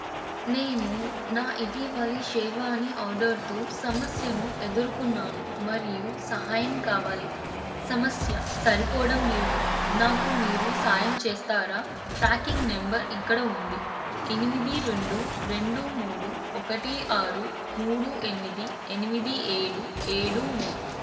నేను నా ఇటీవలి షేర్వానీ ఆర్డర్తో సమస్యను ఎదురుకున్నాను మరియు సహాయం కావాలి సమస్య సరిపోడం లేదు నాకు మీరు సహాయం చేస్తారా ట్రాకింగ్ నెంబర్ ఇక్కడ ఉంది ఎనిమిది రెండు రెండు మూడు ఒకటి ఆరు మూడు ఎనిమిది ఎనిమిది ఏడు ఏడు మూడు